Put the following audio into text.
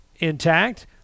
Intact